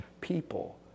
people